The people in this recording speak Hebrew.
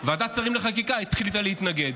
ועדת שרים לחקיקה החליטה להתנגד,